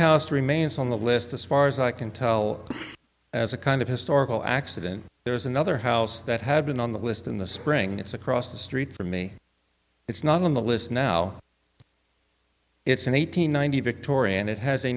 house remains on the list as far as i can tell as a kind of historical accident there's another house that had been on the list in the spring it's across the street from me it's not on the list now it's an eight hundred ninety victorian it has a